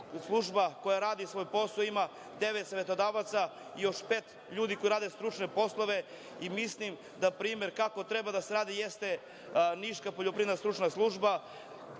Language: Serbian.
služba koja radi svoj posao ima devet savetodavaca i još pet ljudi koji rade stručne poslove. Mislim da primer kako treba da se radi jeste Niška poljoprivredna stručna služba,